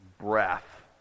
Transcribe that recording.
breath